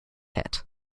hit